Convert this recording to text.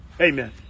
amen